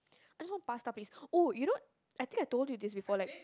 I just want pasta please oh you know I think I told you this before like